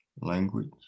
Language